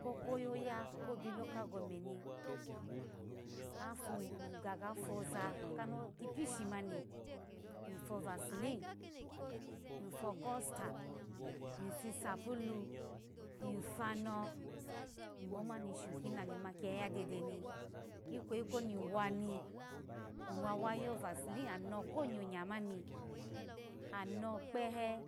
Ko koyaya kobi local gomeni afa iye ga foza kipishi mmmani ifovacilin ifo kosta ifisupulu ifano imo omani shu kini ami ma yayu dede ikweyi koni iwa ni iwa wo yvasili ano ko nyonya mani anokpehe